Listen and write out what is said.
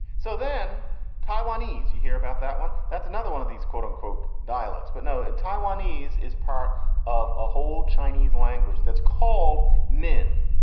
so then taiwanese, you hear about that one. that's another one of these quote unquote dialects but no, it taiwanese is part of a whole chinese language that's called min.